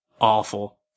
awful